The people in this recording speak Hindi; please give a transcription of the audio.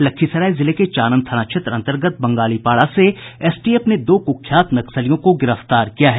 लखीसराय जिले के चानन थाना क्षेत्र अन्तर्गत बंगालीपाड़ा से एसटीएफ ने दो कुख्यात नक्सलियों को गिरफ्तार किया है